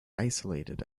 isolated